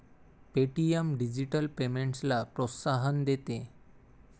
Paytm digital पेमेंट्सला प्रोत्साहन देते